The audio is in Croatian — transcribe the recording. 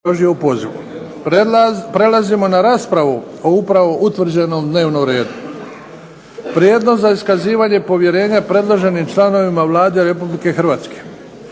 Luka (HDZ)** Prelazimo na raspravu o upravo utvrđenom dnevnom redu. Prijedlog za iskazivanje povjerenja predloženim članovima Vlade Republike Hrvatske